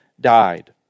died